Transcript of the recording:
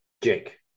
Jake